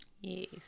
Yes